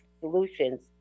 solutions